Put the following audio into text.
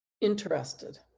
Interested